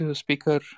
speaker